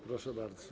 Proszę bardzo.